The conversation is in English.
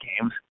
games